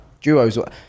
duos